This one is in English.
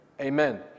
Amen